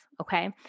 okay